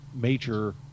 major